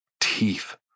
teeth